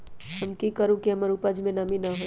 हम की करू की हमर उपज में नमी न होए?